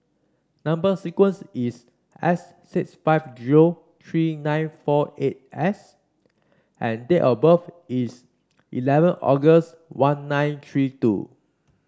number sequence is S six five zero three nine four eight S and date of birth is eleven August one nine three two